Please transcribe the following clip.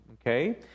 okay